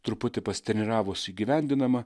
truputį pasitreniravus įgyvendinama